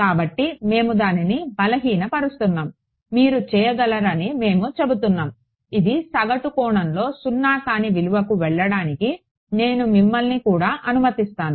కాబట్టి మేము దానిని బలహీనపరుస్తున్నాము మీరు చేయగలరని మేము చెబుతున్నాము ఇది సగటు కోణంలో సున్నా కాని విలువలకు వెళ్లడానికి నేను మిమ్మల్ని కూడా అనుమతిస్తాను